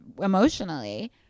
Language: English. emotionally